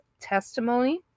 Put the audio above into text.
testimony